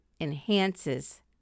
enhances